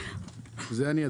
בבקשה.